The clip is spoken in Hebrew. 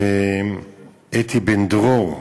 איתי בן-דרור,